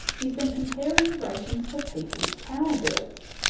he's been comparing the ratings to people's power bills.